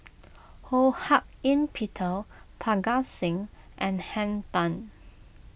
Ho Hak Ean Peter Parga Singh and Henn Tan